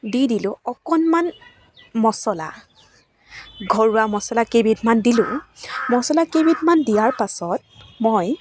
দি দিলোঁ অকণমান মচলা ঘৰুৱা মচলা কেইবিধমান দিলোঁ মচলা কেইবিধমান দিয়াৰ পাছত মই